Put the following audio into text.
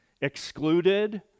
excluded